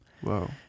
Whoa